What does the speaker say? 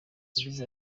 yagize